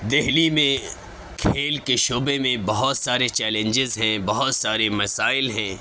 دہلی میں کھیل کے شعبہ میں بہت سارے چیلنجیز ہیں بہت سارے مسائل ہیں